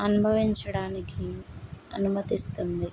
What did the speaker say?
అనుభవించడానికి అనుమతిస్తుంది